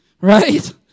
right